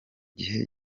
gihe